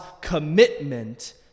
commitment